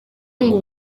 ngo